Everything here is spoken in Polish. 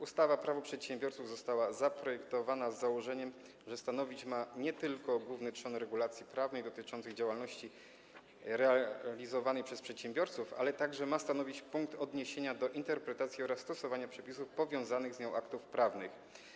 Ustawa Prawo przedsiębiorców została zaprojektowana z założeniem, że nie tylko ma ona stanowić główny trzon regulacji prawnej dotyczącej działalności realizowanej przez przedsiębiorców, ale także ma stanowić punkt odniesienia do interpretacji oraz stosowania przepisów powiązanych z nią aktów prawnych.